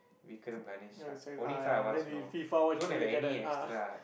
Vikram Ganesh Shak only five of us you know don't have any extra